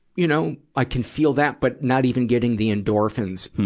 you know, i can feel that, but not even getting the endorphins,